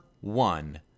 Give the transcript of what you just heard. one